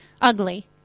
ugly